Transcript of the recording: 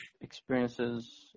experiences